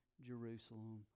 Jerusalem